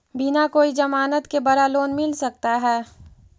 बिना कोई जमानत के बड़ा लोन मिल सकता है?